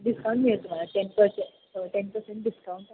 discount मिळेल तुम्हाला ten percent ten percent discount